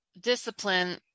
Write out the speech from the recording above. discipline